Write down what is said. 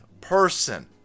person